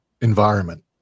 environment